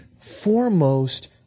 foremost